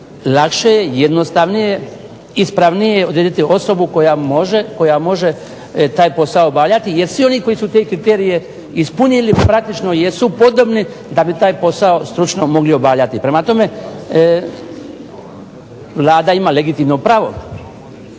lakše je, jednostavnije je, ispravnije je odrediti osobu koja može taj posao obavljati jer svi oni koji su te kriterije ispunili praktično jesu podobni da bi taj posao stručno mogli obavljati. Prema tome, Vlada ima legitimno pravo